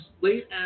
late